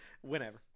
Whenever